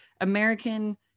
American